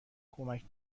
کمک